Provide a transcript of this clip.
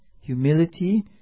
humility